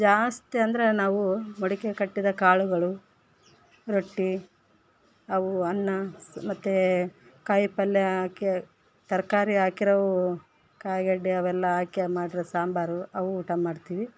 ಜಾಸ್ತಿ ಅಂದರೆ ನಾವೂ ಮೊಳಕೆ ಕಟ್ಟಿದ ಕಾಳುಗಳು ರೊಟ್ಟಿ ಅವು ಅನ್ನ ಮತ್ತೆ ಕಾಯಿ ಪಲ್ಯ ಹಾಕಿ ತರಕಾರಿ ಹಾಕಿರೋವು ಕಾಯಿ ಗಡ್ಡೆ ಅವೆಲ್ಲ ಹಾಕಿ ಮಾಡಿರೋ ಸಾಂಬಾರು ಅವು ಊಟ ಮಾಡ್ತೀವಿ